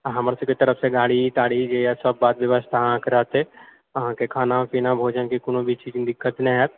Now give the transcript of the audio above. अऽ हमरासभकेँ तरफसँ गाड़ी ताड़ी जे होइए सब बात व्यवस्था अहाँकेँ रहतै अहाँकेँ खाना पीना भोजनके कोनो भी चीजमे दिक्कत नहि हाएत